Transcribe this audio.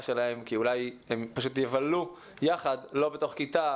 שלהם כי הם אולי פשוט יבלו יחד לא בתוך כיתה,